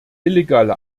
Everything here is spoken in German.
illegale